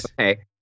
okay